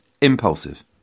impulsive